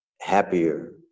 Happier